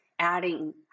adding